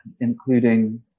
including